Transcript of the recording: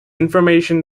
information